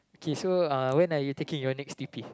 K so uh when are you taking your next t_p